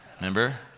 Remember